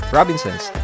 Robinsons